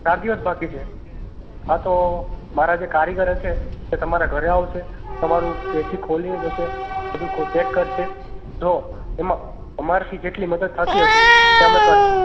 ચાર દિવસ બાકી છે હા તો મારા જે કારીગરો છે તે તમારા ઘરે આવશે તમારું એસી ખોલીને જોશે એ લોકો ચેક કરશે જો એમાં અમારાથી જેટલી મદદ થતી હશે એ અમે કરીશું